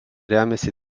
remiasi